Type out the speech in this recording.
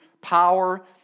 power